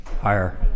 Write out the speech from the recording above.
Higher